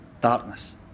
Darkness